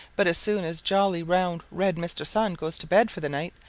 but as soon as jolly, round, red mr. sun goes to bed for the night,